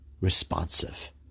responsive